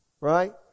Right